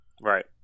Right